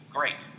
Great